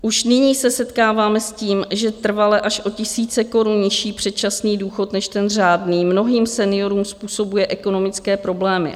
Už nyní se setkáváme s tím, že trvale až o tisíce korun nižší předčasný důchod než ten řádný mnohým seniorům způsobuje ekonomické problémy.